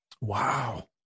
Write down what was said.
Wow